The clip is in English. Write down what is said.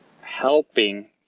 helping